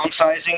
downsizing